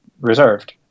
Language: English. reserved